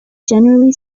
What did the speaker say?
generally